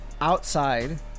outside